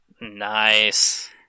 Nice